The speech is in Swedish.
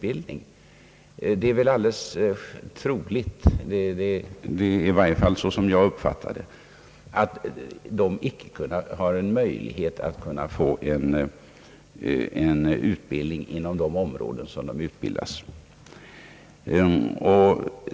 Det är troligt — i varje fall uppfattar jag det så — att de icke har möjlighet att få arbete inom de områden som de utbildas för.